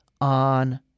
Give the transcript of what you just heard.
on